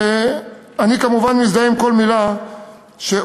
ואני כמובן מזדהה עם כל מילה שהוא